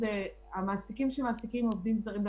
המעסיקים שמעסיקים עובדים זרים,